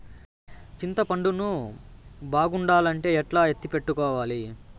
చింతపండు ను బాగుండాలంటే ఎట్లా ఎత్తిపెట్టుకోవాలి?